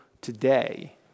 today